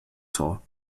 tor